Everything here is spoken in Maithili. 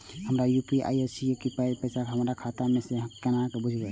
हमरा यू.पी.आई नय छै कियो पाय भेजलक यै हमरा खाता मे से हम केना बुझबै?